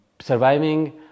Surviving